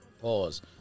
Pause